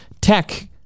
tech